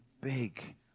big